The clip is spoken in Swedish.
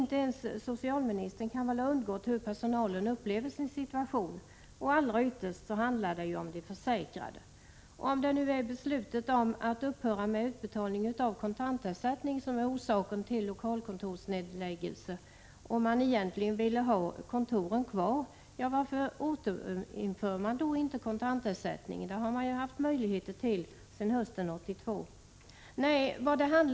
Inte ens socialministern kan väl ha undgått att notera hur personalen upplever sin situation. Ytterst handlar det ju om de försäkrades behov. Om det nu är beslutet om upphörande av utbetalning av kontantersättning som är orsaken till lokalkontorsnedläggelsen och man egentligen vill ha kontoren kvar, varför återinför man då inte kontantersättningen? Det har man ju haft möjligheter till sedan hösten 1982.